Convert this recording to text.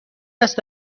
است